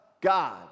God